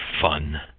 fun